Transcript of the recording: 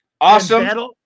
Awesome